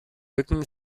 mücken